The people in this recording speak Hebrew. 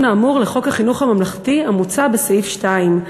האמור לחוק החינוך הממלכתי המוצע בסעיף 2,